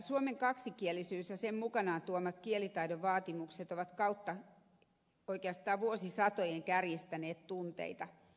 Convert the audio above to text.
suomen kaksikielisyys ja sen mukanaan tuomat kielitaidon vaatimukset ovat oikeastaan kautta vuosisatojen kärjistäneet tunteita